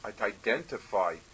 identify